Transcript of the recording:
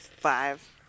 Five